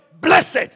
Blessed